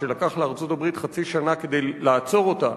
ושלקח לארצות-הברית חצי שנה כדי לעצור אותה,